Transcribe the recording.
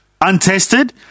untested